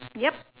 yup